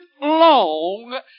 long